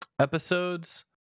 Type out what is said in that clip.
episodes